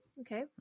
Okay